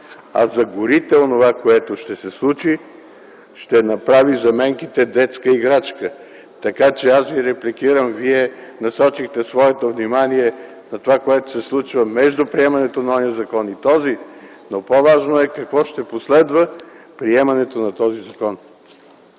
а за горите онова, което ще се случи, ще направи заменките детска играчка. Аз Ви репликирам. Вие насочихте своето внимание върху онова, което се случва между приемането на онзи и този закон, но по-важното е какво ще последва от приемането на този закон!